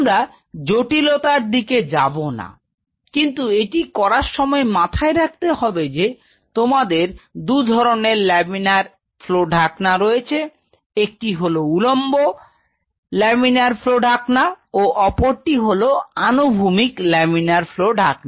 আমরা জটিলতায় যাব না কিন্তু এটি করার সময় মাথায় রাখতে হবে যে তোমাদের দুধরনের লামিনার ফ্লো ঢাকনা রয়েছে একটি হলো উলম্ব লামিনার ফ্লও ঢাকনা এবং অপরটি হল আনুভূমিক লেমিনার ফ্লও ঢাকনা